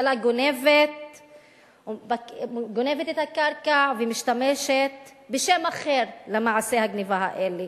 הממשלה גונבת את הקרקע ומשתמשת בשם אחר למעשי הגנבה האלה.